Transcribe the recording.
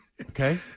Okay